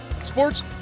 sports